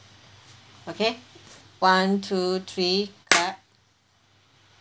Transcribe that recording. okay one two three clap